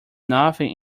nothing